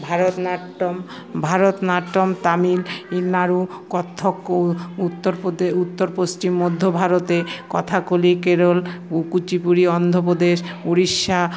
ভারতনাট্যম ভারতনাট্যম তামিলনাড়ু কত্থক উ উত্তরপদে উত্তর পশ্চিম মধ্য ভারতে কথাকলি কেরল কুচিপুড়ি অন্ধ্রপ্রদেশ উড়িষ্যা